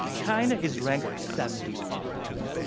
china is ranked seventy five.